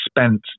spent